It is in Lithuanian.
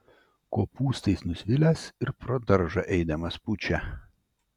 kopūstais nusvilęs ir pro daržą eidamas pučia